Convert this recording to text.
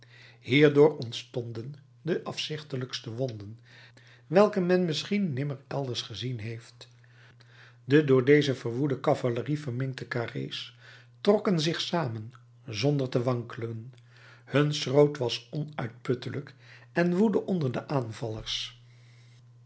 hierdoor ontstonden de afzichtelijkste wonden welke men misschien nimmer elders gezien heeft de door deze verwoede cavalerie verminkte carré's trokken zich samen zonder te wankelen hun schroot was onuitputtelijk en woedde onder de aanvallers